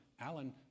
alan